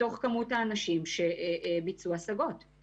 כשבן אדם מגיע אלי בהשגה אני לא בודקת